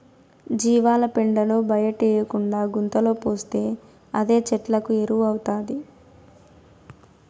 జీవాల పెండను బయటేయకుండా గుంతలో పోస్తే అదే చెట్లకు ఎరువౌతాది